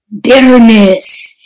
bitterness